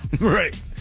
Right